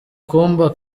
kumba